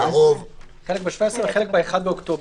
חלק ב-17 וחלק ב-1 באוקטובר.